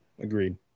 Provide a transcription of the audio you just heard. Agreed